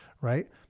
right